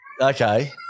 Okay